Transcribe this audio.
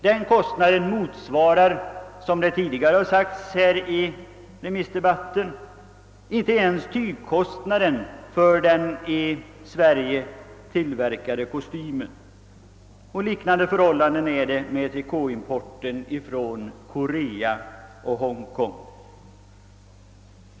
Den kostnaden motsvarar, vilket tidigare framhållits i remissdebatten, inte ens tygkostnaden för den i Sverige tillverkade kostymen. Förhållandet beträffande importen av trikå från Korea och Hongkong är liknande.